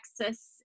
Texas